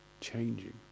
changing